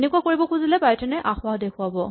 এনেকুৱা কৰিব খুজিলে পাইথন এ আসোঁৱাহ দেখুৱাব